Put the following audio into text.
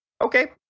okay